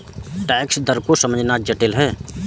tax दर को समझना जटिल है